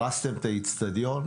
הרסתם את האצטדיון?